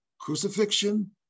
Crucifixion